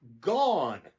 gone